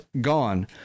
gone